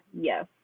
Yes